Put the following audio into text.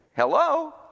Hello